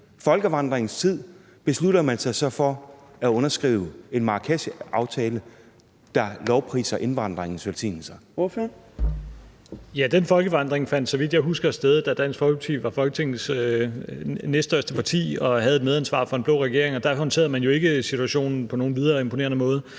folkevandringens tid, beslutter man sig så for at underskrive en Marrakeshaftale, der lovpriser indvandringens velsignelser. Kl. 14:30 Fjerde næstformand (Trine Torp): Ordføreren. Kl. 14:30 Rasmus Stoklund (S): Den folkevandring fandt, så vidt jeg husker, sted, da Dansk Folkeparti var Folketingets næststørste parti og havde et medansvar for den blå regering, og der håndterede man jo ikke situationen på nogen videre imponerende måde.